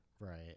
Right